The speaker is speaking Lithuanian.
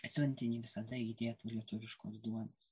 siuntinį visada įdėtų lietuviškos duonos